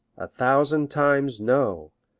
a thousand times no!